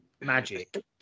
Magic